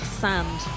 sand